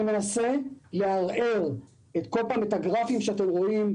אני מנסה לערער את הגרפים הצבעוניים שאתם רואים